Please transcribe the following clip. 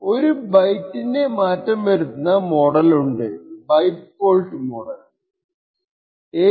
ഒരു ബൈറ്റിന്റെ മാറ്റം വരുത്തുന്ന മോഡൽ ഉണ്ട് ബൈറ്റ് ഫോൾട്ട് മോഡൽ